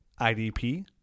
IDP